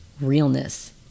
Realness